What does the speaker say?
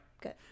good